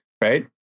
right